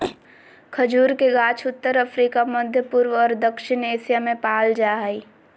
खजूर के गाछ उत्तर अफ्रिका, मध्यपूर्व और दक्षिण एशिया में पाल जा हइ